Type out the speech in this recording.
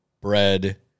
bread